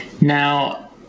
now